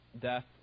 death